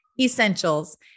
essentials